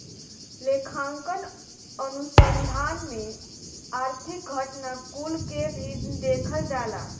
लेखांकन अनुसंधान में आर्थिक घटना कुल के भी देखल जाला